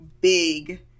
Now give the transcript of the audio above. big